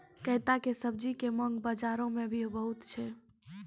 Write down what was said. कैता के सब्जी के मांग बड़ो बाजार मॅ भी बहुत छै